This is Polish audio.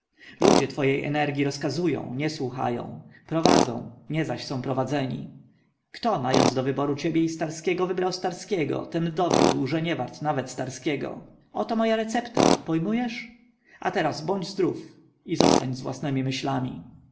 ludzie twojej energii rozkazują nie słuchają prowadzą nie zaś są prowadzeni kto mając do wyboru ciebie i starskiego wybrał starskiego ten dowiódł że nie wart nawet starskiego oto moja recepta pojmujesz a teraz bądź zdrów i zostań z własnemi myślami